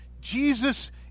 Jesus